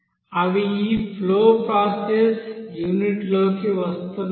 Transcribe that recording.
అవి ఈ flow process యూనిట్లోకి వస్తున్నాయి